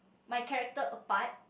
my character apart